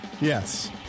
Yes